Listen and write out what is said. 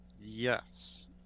Yes